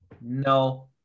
No